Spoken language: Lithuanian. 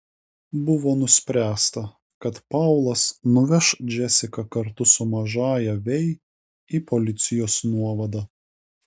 buvo nuspręsta kad paulas nuveš džesiką kartu su mažąja vei į policijos nuovadą